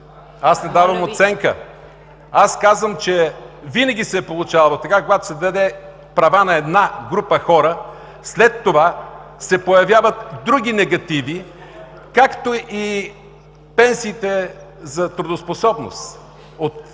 аз не давам оценка. Казвам, че винаги се е получавало така, когато се дадат права на една група хора, след това се появяват други негативи, както и пенсиите за трудоспособност.